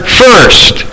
first